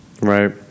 Right